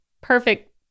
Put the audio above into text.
perfect